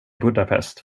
budapest